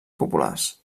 populars